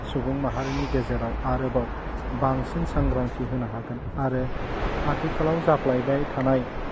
सुबुं माहारिनि गेजेराव आरोबाव बांसिन सांग्रांथि होनो हागोन आरो आथिखालाव जाफ्लाइबाय थानाय